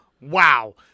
Wow